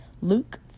Luke